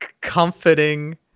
comforting